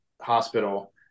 hospital